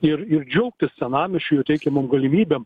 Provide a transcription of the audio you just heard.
ir ir džiaugtis senamiesčiu jo teikiamom galimybėm